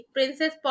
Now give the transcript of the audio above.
Princess